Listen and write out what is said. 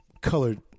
colored